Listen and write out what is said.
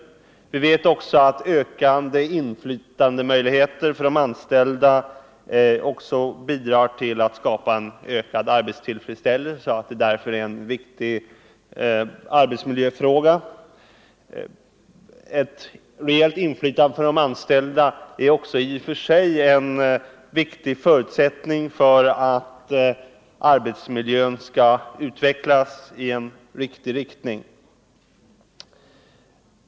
Vi vet också att större inflytandemöjligheter för de anställda bidrar till att skapa en ökad arbetstillfredsställelse och att det därför är en viktig arbetsmiljöfråga. Ett reellt inflytande för de anställda är också i och för sig en viktig förutsättning för att arbetsmiljön skall utvecklas i rätt riktning.